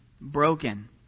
broken